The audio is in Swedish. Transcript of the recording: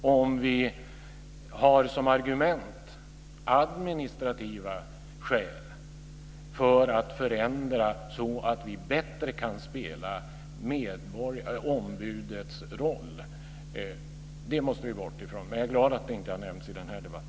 Vi måste bort ifrån argumentet administrativa skäl för en förändring så att vi bättre kan spela ombudets roll. Jag är glad att det inte har nämnts i denna debatt.